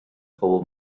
phobail